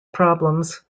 problems